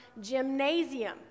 gymnasium